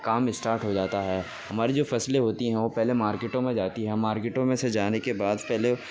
کام start ہوجاتا ہے ہماری جو فصلیں ہوتی ہیں وہ پہلے مارکیٹوں میں جاتی ہیں مارکیٹوں میں سے جانے کے بعد پہلے